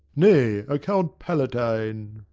nay, a count palatine